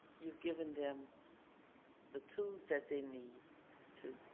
you've given them the tools that they need to